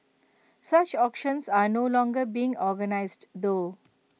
such auctions are no longer being organised though